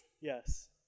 yes